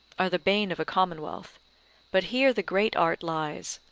are the bane of a commonwealth but here the great art lies,